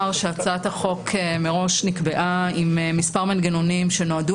החוק מראש נקבעה עם מספר מנגנונים שנועדו